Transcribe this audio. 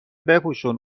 بپوشون